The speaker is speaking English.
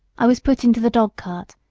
i was put into the dog-cart,